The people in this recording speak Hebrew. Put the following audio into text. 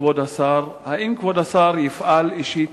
כבוד השר: 1. האם יפעל כבוד השר אישית